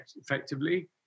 effectively